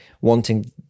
wanting